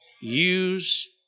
use